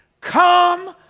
Come